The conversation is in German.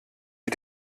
die